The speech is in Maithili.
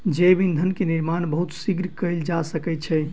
जैव ईंधन के निर्माण बहुत शीघ्र कएल जा सकै छै